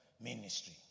ministry